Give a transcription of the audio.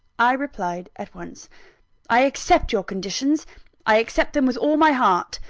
i replied at once i accept your conditions i accept them with all my heart.